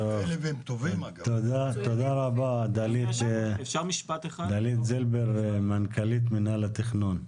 תודה רבה דלית זילבר, מנכ"לית מינהל התכנון.